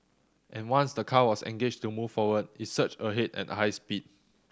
and once the car was engaged to move forward it surged ahead at high speed